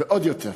ועוד יותר,